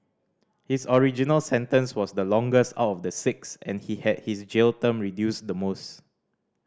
his original sentence was the longest out of the six and he had his jail term reduced the most